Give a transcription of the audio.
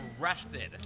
arrested